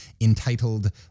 entitled